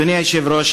אדוני היושב-ראש,